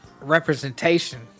representation